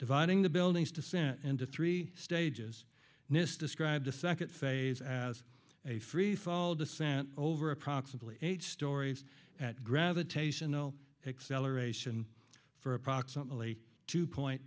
dividing the building's descent into three stages nist described the second phase as a freefall descent over approximately eight stories at gravitational acceleration for approximately two point